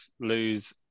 lose